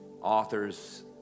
authors